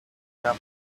come